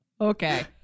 Okay